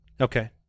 Okay